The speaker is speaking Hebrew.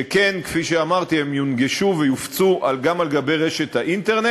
שכן, כפי שאמרתי, הם יונגשו ויופצו גם באינטרנט,